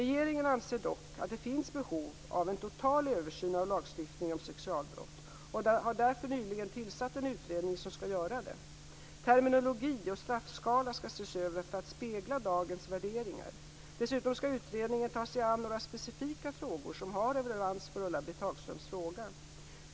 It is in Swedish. Regeringen anser dock att det finns behov av en total översyn av lagstiftningen om sexualbrott och har därför nyligen tillsatt en utredning som skall göra detta. Terminologi och straffskala skall ses över för att spegla dagens värderingar. Dessutom skall utredningen ta sig an några specifika frågor som har relevans för Ulla-Britt Hagströms fråga.